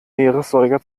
meeressäuger